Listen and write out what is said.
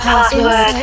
Password